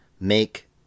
make